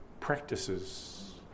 practices